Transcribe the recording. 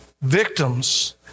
victims